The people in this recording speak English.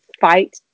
fight